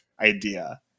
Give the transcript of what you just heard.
idea